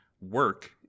work